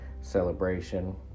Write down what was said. celebration